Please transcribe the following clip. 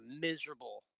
miserable